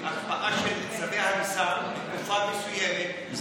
הקפאה של צווי הריסה לתקופה מסוימת,